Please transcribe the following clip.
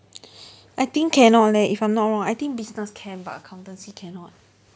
I think cannot leh if I'm not wrong I think business can but accountancy cannot